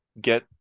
get